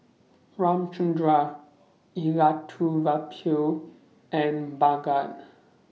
Ramchundra Elattuvalapil and Bhagat